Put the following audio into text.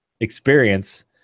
experience